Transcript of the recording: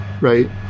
Right